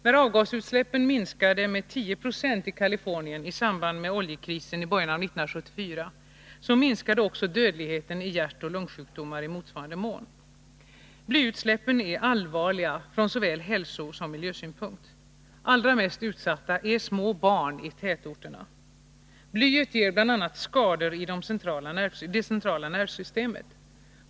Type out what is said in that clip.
När avgasutsläppen minskade med 1096 i Kalifornien i samband med oljekrisen i början av 1974 minskade också dödligheten i hjärtoch lungsjukdomar i motsvarande mån. Blyutsläppen är allvarliga från såväl hälsosom miljösynpunkt. Allra mest utsatta är små barn i tätorterna. Blyet ger bl.a. skador i det centrala nervsystemet.